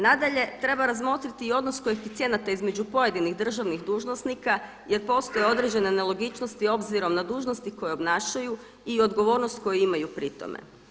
Nadalje treba razmotriti i odnos koeficijenata između pojedinih državnih dužnosnika jer postoje određene nelogičnosti obzirom na dužnosti koje obnašaju i odgovornosti koju imaju pri tome.